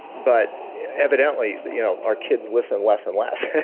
but evidently you know our kids listen less and less.